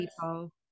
people